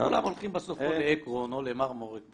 --- למה כולם הולכים בסוף או לעקרון או למרמורק?